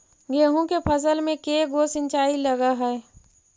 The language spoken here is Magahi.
गेहूं के फसल मे के गो सिंचाई लग हय?